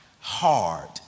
hard